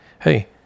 hey